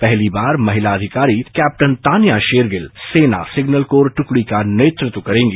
पहली बार महिला अधिकारी कैप्टन तान्या शेरगिल सेना सिग्नल कोर दुकड़ी का नेतृत्व करेंगी